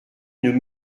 une